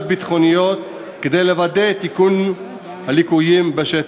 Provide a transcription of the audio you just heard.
הביטחוניות כדי לוודא את תיקון הליקויים בשטח,